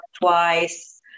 twice